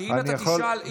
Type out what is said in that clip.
אם אתה תשאל הורים,